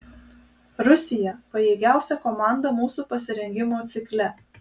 rusija pajėgiausia komanda mūsų pasirengimo cikle